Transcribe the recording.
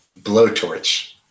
blowtorch